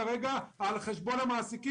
על חשבונם.